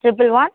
triple one